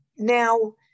Now